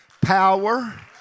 power